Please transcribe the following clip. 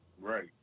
Right